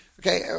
Okay